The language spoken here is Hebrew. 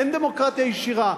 אין דמוקרטיה ישירה.